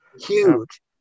huge